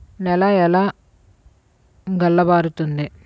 నేల ఎలా గుల్లబారుతుంది?